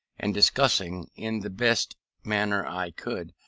and discussing, in the best manner i could,